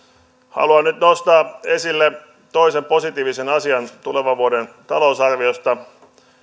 haluan nyt nostaa esille toisen positiivisen asian tulevan vuoden talousarviosta